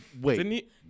Wait